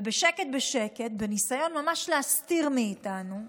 ובשקט בשקט, בניסיון ממש להסתיר מאיתנו,